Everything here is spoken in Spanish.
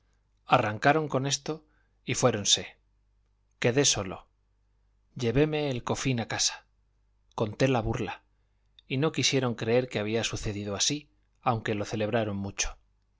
arrancaron con esto y fuéronse quedé solo llevéme el cofín a casa conté la burla y no quisieron creer que había sucedido así aunque lo celebraron mucho